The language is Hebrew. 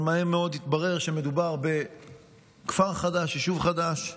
אבל מהר מאוד התברר שמדובר בכפר חדש, ביישוב חדש.